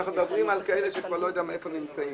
אנחנו מדברים על כאלה שאני כבר לא יודע איפה נמצאים.